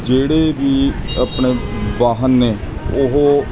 ਜਿਹੜੇ ਵੀ ਆਪਣੇ ਵਾਹਨ ਨੇ ਉਹ